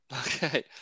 Okay